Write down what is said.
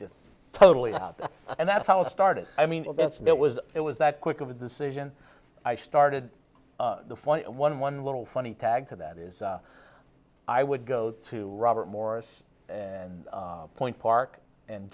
just totally and that's how it started i mean that's that was it was that quick of a decision i started the one one little funny tag to that is i would go to robert morris and point park and